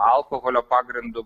alkoholio pagrindu